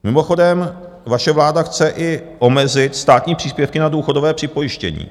Mimochodem, vaše vláda chce i omezit státní příspěvky na důchodové připojištění.